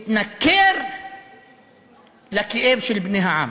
להתנכר לכאב של בני העם